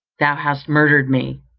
thou hast murdered me